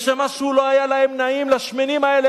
וכשמשהו לא היה נעם לשמנים האלה,